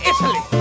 Italy